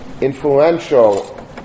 influential